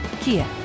Kia